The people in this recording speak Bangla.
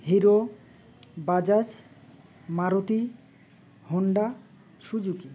hero Bajaj Maruti Honda Suzuki